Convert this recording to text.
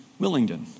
Willingdon